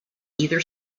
either